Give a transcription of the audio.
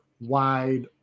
wide